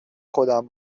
خودم